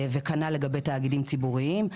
וכנ"ל לגבי תאגידים ציבוריים,